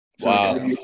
wow